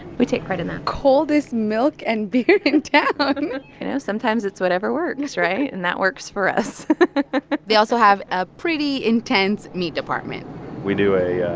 we take pride in that coldest milk and beer in town um you know, sometimes it's whatever works, right? and that works for us they also have a pretty intense meat department we do a yeah